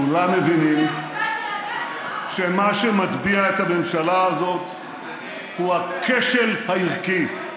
כולם מבינים שמה שמטביע את הממשלה הזאת הוא הכשל הערכי,